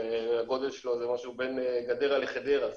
הגודל שלו זה משהו בין גדרה לחדרה,